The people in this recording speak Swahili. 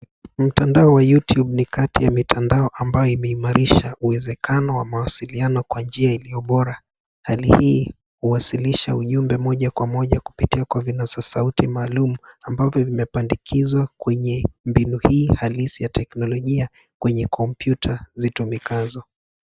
Mtandao wa YouTube ni kati ya mitandao ambayo imeimarisha uwezekano wa mawasiliano kwa njia iliyo bora. Hali hii huwasilisha ujumbe moja kwa moja kupitia kwa vinasa sauti maalum ambavyo vimepandikizwa kwenye mbinu hii halisi ya teknolojia kwenye kompyuta zitumikazo.